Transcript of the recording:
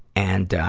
and, um,